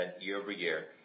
year-over-year